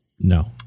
No